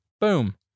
boom